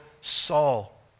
Saul